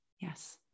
Yes